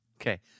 Okay